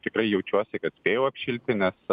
tikrai jaučiuosi kad spėjau apšilti nes